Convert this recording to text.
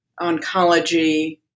oncology